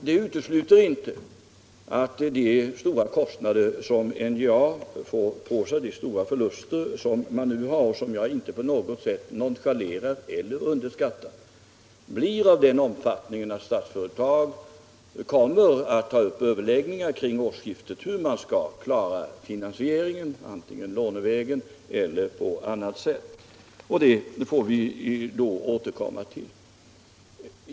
Det utesluter inte att de stora förluster som NJA nu har och som jag inte på något sätt nonchalerar eller underskattar blir av den omfattningen, att Statsföretag kommer att ta upp överläggningar omkring årsskiftet om hur man skall klara finansieringen av dem antingen lånevägen eller på något annat sätt. Det får vi återkomma till.